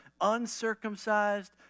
uncircumcised